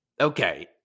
Okay